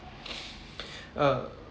uh